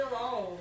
alone